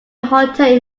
hotel